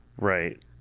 Right